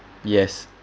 yes